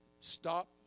Stop